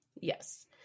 Yes